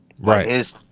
Right